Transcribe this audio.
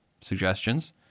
suggestions